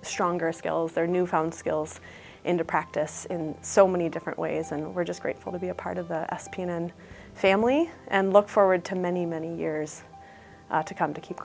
stronger skills their newfound skills into practice in so many different ways and we're just grateful to be a part of the spin and family and look forward to many many years to come to keep